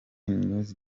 news